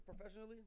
professionally